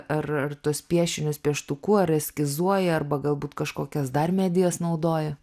ar ar tuos piešinius pieštuku ar eskizuoji arba galbūt kažkokias dar medijas naudoji